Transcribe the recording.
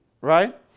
right